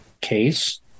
case